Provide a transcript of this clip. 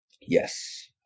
Yes